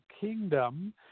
Kingdom